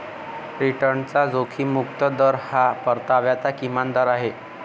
रिटर्नचा जोखीम मुक्त दर हा परताव्याचा किमान दर आहे